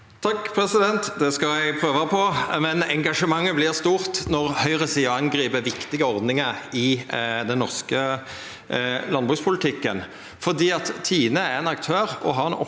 Takk, president, det skal eg prøva på, men engasjementet vert stort når høgresida angrip viktige ordningar i den norske landbrukspolitikken. TINE er ein aktør og har ei oppgåve